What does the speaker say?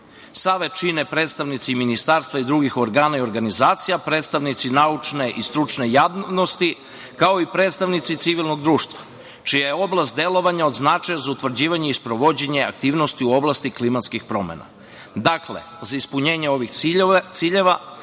čine predstavnici ministarstva i drugih organa i organizacija, predstavnici naučne i stručne javnosti, kao i predstavnici civilnog društva čija je oblast delovanja od značaja za utvrđivanje i sprovođenje aktivnosti u oblasti klimatskih promena. Dakle, za ispunjenje ovih ciljeva